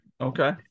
okay